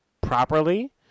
properly